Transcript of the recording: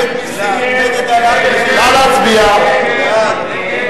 הצעת סיעות בל"ד חד"ש רע"ם-תע"ל להביע אי-אמון